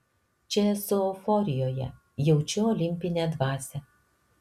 čia esu euforijoje jaučiu olimpinę dvasią